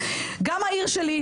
גם העיר שלי,